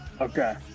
Okay